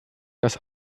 das